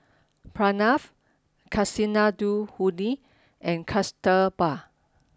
Pranav Kasinadhuni and Kasturba